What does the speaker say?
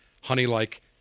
honey-like